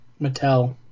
Mattel